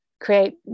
create